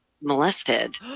molested